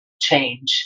change